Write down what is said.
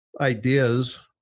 ideas